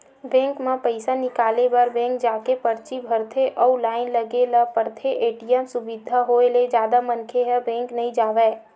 bank म पइसा निकाले बर बेंक जाके परची भरथे अउ लाइन लगे ल परथे, ए.टी.एम सुबिधा होय ले जादा मनखे ह बेंक नइ जावय